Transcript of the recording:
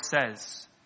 says